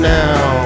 now